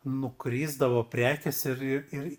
nukrisdavo prekės ir ir i